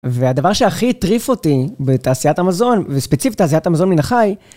והדבר שהכי הטריף אותי בתעשיית המזון, וספציפית תעשיית המזון מן החי..